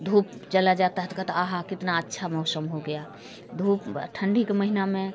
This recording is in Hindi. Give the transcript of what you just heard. धूप चला जाता है कहते हैं आहाहा कितना अच्छा मौसम हो गया धुप ठंडी के महीना में